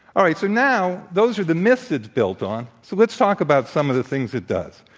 all right. so, now, those are the myths it's built on. so, let's talk about some of the things it does.